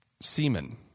semen